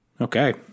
Okay